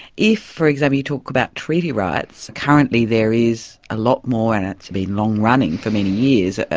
if, for example, you talk about treaty rights, currently there is a lot more, and it's been long running for many years,